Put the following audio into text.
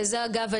אגב,